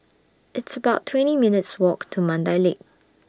It's about twenty minutes' Walk to Mandai Lake